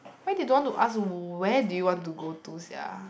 why they don't want to ask where do you want to go to sia